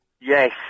Yes